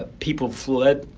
ah people fled,